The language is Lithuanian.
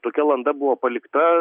tokia landa buvo palikta